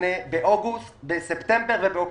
בספטמבר ובאוקטובר.